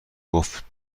گفته